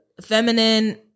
feminine